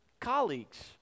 colleagues